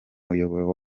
muyoboro